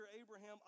Abraham